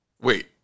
Wait